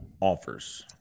offers